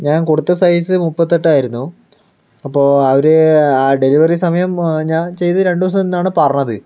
ഞാൻ കൊടുത്ത സൈസ് മുപ്പത്തിയെട്ടായിരുന്നു അപ്പോൾ അവർ ആ ഡെലിവറി സമയം ഞാൻ ചെയ്ത രണ്ടുദിവസം എന്നാണ് പറഞ്ഞത്